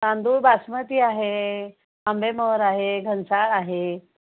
तांदूळ बासमती आहे आंबेमोहर आहे घनसाळ आहे